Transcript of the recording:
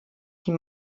die